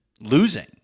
losing